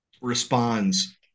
responds